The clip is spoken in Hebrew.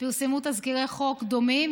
פרסמו תזכירי חוק דומים,